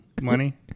money